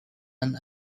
and